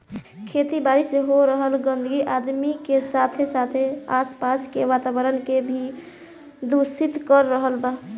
खेती बारी से हो रहल गंदगी आदमी के साथे साथे आस पास के वातावरण के भी दूषित कर रहल बा